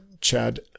Chad